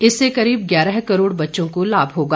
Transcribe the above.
इससे करीब ग्यारह करोड़ बच्चों को लाभ मिलेगा